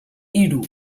hiru